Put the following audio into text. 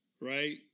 right